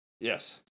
Yes